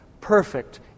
perfect